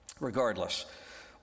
Regardless